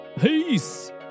Peace